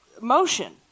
motion